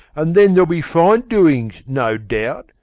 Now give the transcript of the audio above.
and then there'll be fine doings, no doubt,